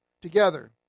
together